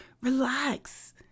relax